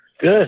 Good